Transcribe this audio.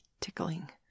tickling